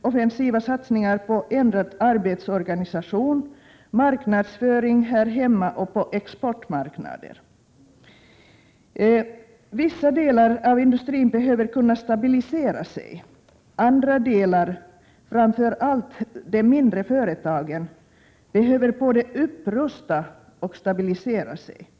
offensiva satsningar på ändrad arbetsorganisation samt på marknadsföring här hemma och på exportmarknader. Vissa delar av industrin behöver kunna stabilisera sig, andra delar — framför allt de mindre företagen — behöver både upprusta och stabilisera sig.